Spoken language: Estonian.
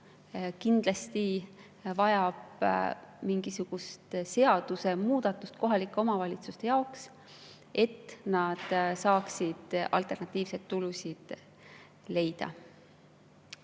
kindlasti vajab mingisugust seadusemuudatust kohalike omavalitsuste jaoks, et nad saaksid alternatiivseid tulusid leida.